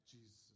Jesus